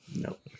Nope